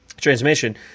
transmission